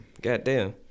Goddamn